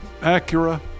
Acura